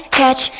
catch